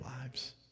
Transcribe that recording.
lives